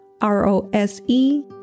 R-O-S-E